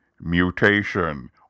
mutation